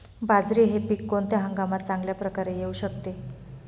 बाजरी हे पीक कोणत्या हंगामात चांगल्या प्रकारे येऊ शकते?